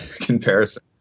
comparison